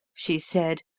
she said,